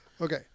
okay